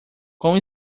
quão